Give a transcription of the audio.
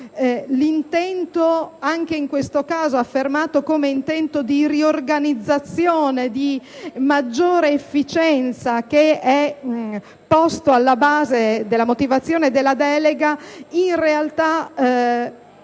l'intento - anche in questo caso affermato come intento di riorganizzazione, di maggiore efficienza - posto alla base della motivazione della delega sia in realtà